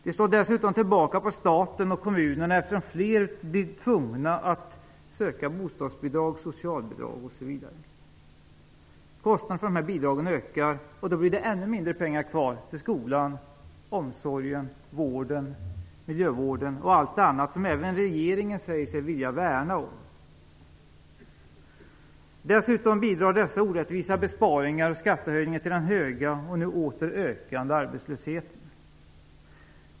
Det slår dessutom tillbaka på staten och kommunerna, eftersom fler blir tvungna att söka bostadsbidrag, socialbidrag osv. Kostnaderna för de här bidragen ökar, och då blir det ännu mindre pengar kvar till skolan, omsorgen, vården, miljövården och allt annat som även regeringen säger sig vilja värna om. Dessutom bidrar dessa orättvisa besparingar och skattehöjningar till den höga och nu åter ökande arbetslösheten.